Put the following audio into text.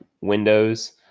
windows